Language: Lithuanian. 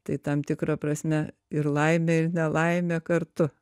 tai tam tikra prasme ir laimė ir nelaimė kartu